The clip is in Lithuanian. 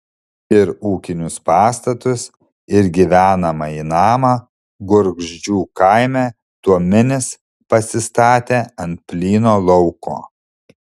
ir ūkinius pastatus ir gyvenamąjį namą gurgždžių kaime tuominis pasistatė ant plyno lauko